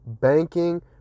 banking